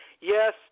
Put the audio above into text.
Yes